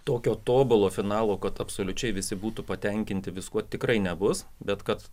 tokio tobulo finalo kad absoliučiai visi būtų patenkinti viskuo tikrai nebus bet kad